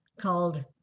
called